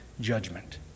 judgment